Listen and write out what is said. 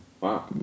Wow